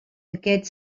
aquest